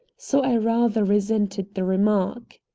so i rather resented the remark.